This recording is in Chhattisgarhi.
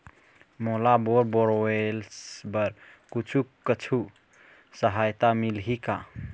मोला बोर बोरवेल्स बर कुछू कछु सहायता मिलही का?